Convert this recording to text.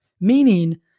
meaning